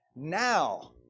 Now